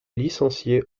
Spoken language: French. licencié